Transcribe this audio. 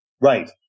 Right